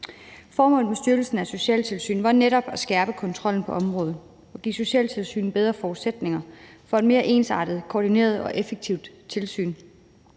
Formålet med styrkelsen af socialtilsynet var netop at skærpe kontrollen på området og give socialtilsynet bedre forudsætninger for et mere ensartet, koordineret og effektivt tilsyn,